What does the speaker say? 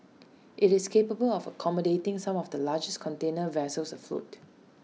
IT is capable of accommodating some of the largest container vessels afloat